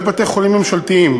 לגבי בתי-חולים ממשלתיים,